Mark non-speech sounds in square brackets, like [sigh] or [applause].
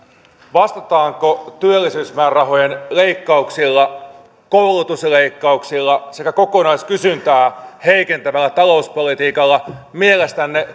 vastataanko työllisyysmäärärahojen leikkauksilla koulutusleikkauksilla sekä kokonaiskysyntää heikentävällä talouspolitiikalla mielestänne [unintelligible]